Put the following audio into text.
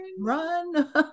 Run